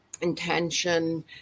intention